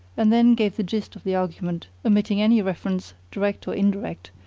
and then gave the gist of the argument, omitting any reference, direct or indirect,